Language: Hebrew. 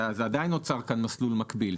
עדיין נוצר כאן מסלול מקביל.